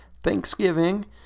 Thanksgiving